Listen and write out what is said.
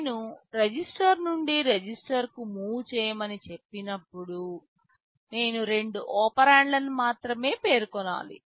నేను రిజిస్టర్ నుండి రిజిస్టర్ కు move చేయమని చెప్పినప్పుడు నేను రెండు ఒపెరాండ్లను మాత్రమే పేర్కొనాలి